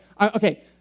okay